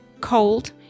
cold